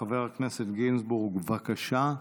חבר הכנסת גינזבורג, בבקשה.